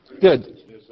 Good